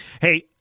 Hey